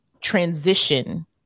transition